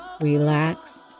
relax